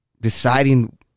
deciding